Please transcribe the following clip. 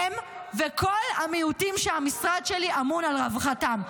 הם וכל המיעוטים שהמשרד שלי אמון על רווחתם.